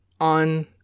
on